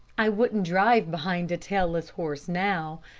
i wouldn't drive behind a tailless horse now.